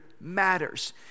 matters